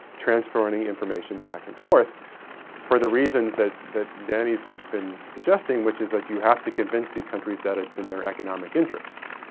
transporting information back and forth for the reasons that that danny's been suggesting, which is that you have to convince these countries that it's in their economic interests,